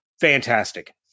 fantastic